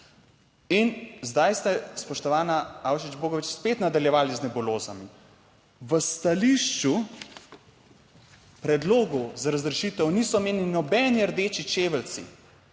In zdaj ste, spoštovana Avšič Bogovič, spet nadaljevali z nebulozami. V stališču predlogu za razrešitev niso omenjeni nobeni rdeči čeveljci,